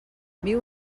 viu